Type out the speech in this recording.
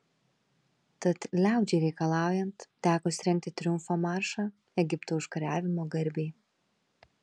tad liaudžiai reikalaujant teko surengti triumfo maršą egipto užkariavimo garbei